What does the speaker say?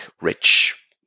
rich